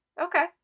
Okay